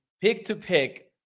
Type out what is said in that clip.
pick-to-pick